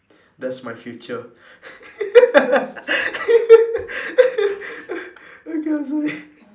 that's my future okay I'm sorry